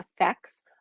effects